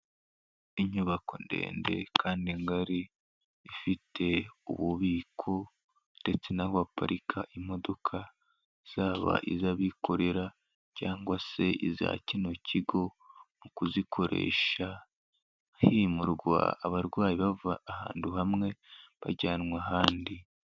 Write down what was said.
Inyubako ndende kandi ngari, ifite ububiko ndetse n'aho baparika imodoka, zaba iz'abikorera cyangwa se iza kino kigo, mu kuzikoresha himurwa abarwayi bava ahantu hamwe bajyanwa ahandi.